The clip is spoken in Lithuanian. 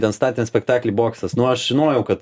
ten statėm spektaklį boksas nu aš žinojau kad